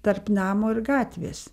tarp namo ir gatvės